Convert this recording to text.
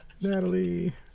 Natalie